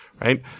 right